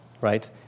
right